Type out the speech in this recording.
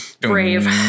brave